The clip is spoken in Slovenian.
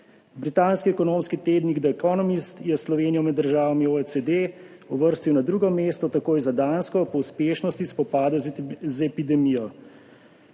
Britanski ekonomski tednik The Economist je Slovenijo med državami OECD uvrstil na drugo mesto, takoj za Dansko, po uspešnosti spopada z epidemijo.